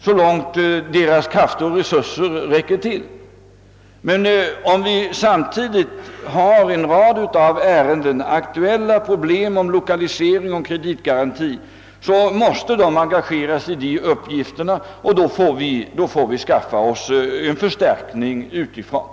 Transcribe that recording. så långt deras krafter och resurser räcker. Men om vi samtidigt har en rad ärenden, aktuella problem om lokalisering och kreditgaranti, måste de engageras i dessa uppgifter, och då får vi skaffa förstärkning utifrån.